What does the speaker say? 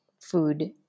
food